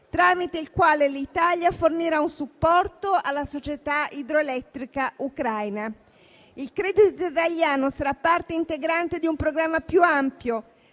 tramite il quale l'Italia fornirà un supporto alla società idroelettrica ucraina. Il credito italiano sarà parte integrante di un programma più ampio,